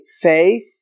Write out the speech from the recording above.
faith